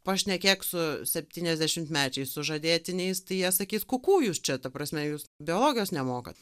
pašnekėk su septyniasdešimtmečiais sužadėtiniais tai jie sakys ku kū jūs čia ta prasme jūs biologijos nemokat